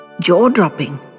Jaw-dropping